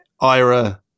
ira